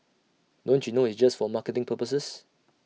don't you know it's just for marketing purposes